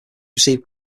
receive